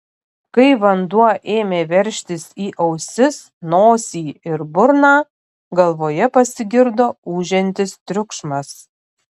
kai vanduo ėmė veržtis į ausis nosį ir burną galvoje pasigirdo ūžiantis triukšmas